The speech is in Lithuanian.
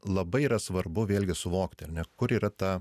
labai svarbu vėlgi suvokti ar ne kur yra ta